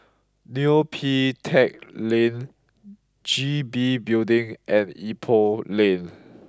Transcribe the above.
Neo Pee Teck Lane G B Building and Ipoh Lane